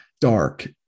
dark